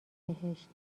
بهشت